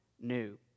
new